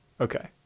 okay